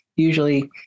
Usually